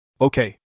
Okay